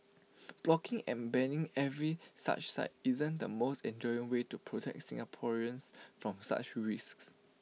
blocking and banning every such site isn't the most enduring way to protect Singaporeans from such risks